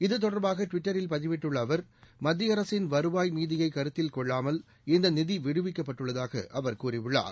இது தொடர்பாக ட்விட்டரில் பதிவிட்டுள்ள அவர் மத்திய அரசின் வருவாய் மீதியை கருத்தில் கொள்ளாமல் இந்த நிதி விடுவிக்கப்பட்டுள்ளதாக அவர் கூறியுள்ளார்